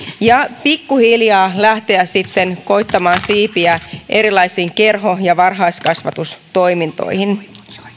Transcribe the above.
ja pikkuhiljaa lähteä sitten koettamaan siipiä erilaisiin kerho ja varhaiskasvatustoimintoihin